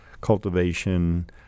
cultivation